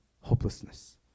hopelessness